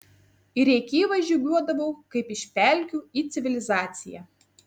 į rėkyvą žygiuodavau kaip iš pelkių į civilizaciją